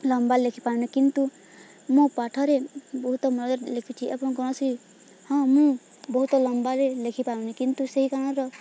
ଲମ୍ବାରେ ଲେଖିପାରୁନି କିନ୍ତୁ ମୋ ପାଠରେ ବହୁତ ମନରେ ଲେଖିଛି ଏବଂ କୌଣସି ହଁ ମୁଁ ବହୁତ ଲମ୍ବାରେ ଲେଖିପାରୁନି କିନ୍ତୁ ସେଇ କାରଣର